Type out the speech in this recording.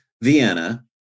Vienna